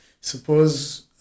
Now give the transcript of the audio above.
Suppose